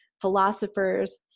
philosophers